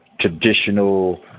traditional